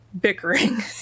bickering